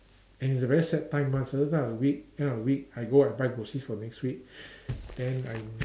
and it is a very set time one certain time of the week end of the week I go and buy groceries for next week then I'm